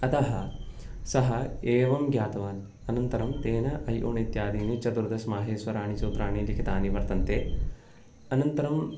अतः सः एवं ज्ञातवान् अनन्तरं तेन ऐउण् इत्यादीनि चतुर्दश माहेश्वराणि सूत्राणि लिखितानि वर्तन्ते अनन्तरम्